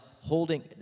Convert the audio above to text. holding